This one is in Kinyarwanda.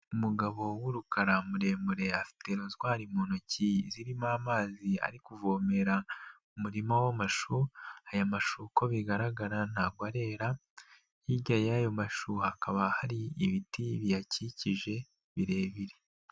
Umugabo w'urukara muremure afite rozwairi mu ntoki zirimo amazi, ari kuvomera umurima w'amashu, ayo mashu uko bigaragara ntabwo arera, hirya y'ayo mashu hakaba hari ibiti biyakikije birebire.